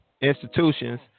institutions